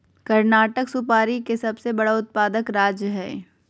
कर्नाटक सुपारी के सबसे बड़ा उत्पादक राज्य हय